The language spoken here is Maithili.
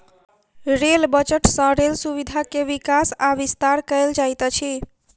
रेल बजट सँ रेल सुविधा के विकास आ विस्तार कयल जाइत अछि